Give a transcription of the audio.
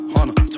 Hunter